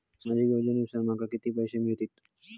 सामाजिक योजनेसून माका किती पैशे मिळतीत?